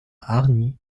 hargnies